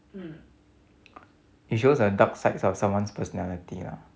it shows a dark sides of someone's personality lah